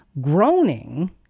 Groaning